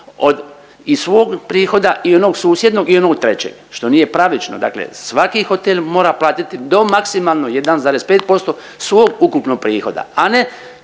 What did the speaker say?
i svog prihoda i onog susjednog i onog trećeg. Što nije pravično dakle svaki hotel mora platiti do maksimalno 1,5% svog ukupnog prihoda, a ne